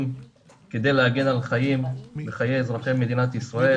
כדי להגן על חיים וחיי אזרחי מדינת ישראל.